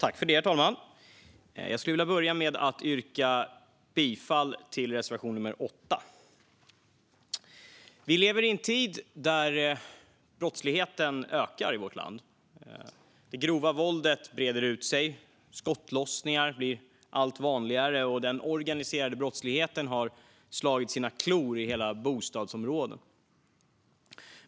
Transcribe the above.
Herr talman! Jag skulle vilja börja med att yrka bifall till reservation 8. Vi lever i en tid när brottsligheten ökar i vårt land. Det grova våldet breder ut sig. Skottlossningar blir allt vanligare, och den organiserade brottsligheten har slagit sina klor i hela bostadsområden.